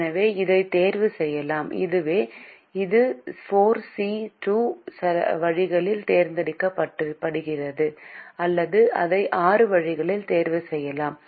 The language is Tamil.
எனவே இதைத் தேர்வு செய்யலாம் எனவே இது 4 சி 2 வழிகளில் தேர்ந்தெடுக்கப்படுகிறது அல்லது அதை ஆறு வழிகளில் தேர்வு செய்யலாம்